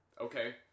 Okay